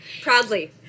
Proudly